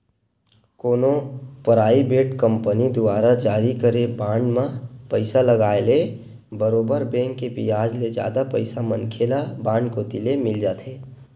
कोनो private company दुवारा जारी करे बांड म पइसा लगाय ले बरोबर बेंक के बियाज ले जादा पइसा मनखे ल बांड कोती ले मिल जाथे